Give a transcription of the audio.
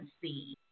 see